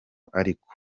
ariko